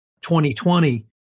2020